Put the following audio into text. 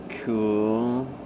cool